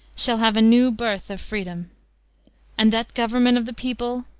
shall have a new birth of freedom and that government of the people,